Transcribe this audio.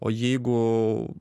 o jeigu